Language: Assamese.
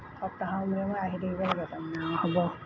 সপ্তাহৰ মূৰে মূৰে আহি থাকিব লাগে অঁ হ'ব